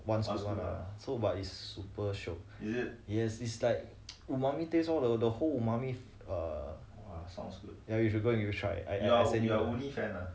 so but is super shiok yes is like woomi taste lor the whole woomi err ya you should go and try